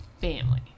family